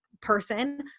person